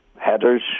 Headers